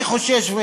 אני חושש.